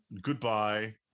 goodbye